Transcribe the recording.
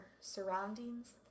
surroundings